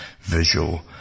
visual